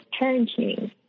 parenting